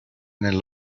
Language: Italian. nel